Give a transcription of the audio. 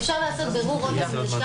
אפשר לעשות בירור עם הלשכה